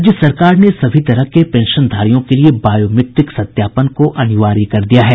राज्य सरकार ने सभी तरह के पेंशनधारियों के लिए बायोमीट्रिक सत्यापन को अनिवार्य कर दिया है